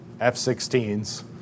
F-16s